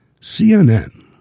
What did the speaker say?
CNN